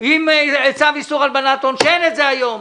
עם צו איסור הלבנת הון, דבר שאין היום.